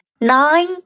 nine